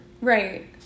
Right